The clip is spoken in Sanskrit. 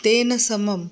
तेन समं